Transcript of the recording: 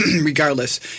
regardless